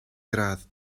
gradd